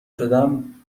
شدم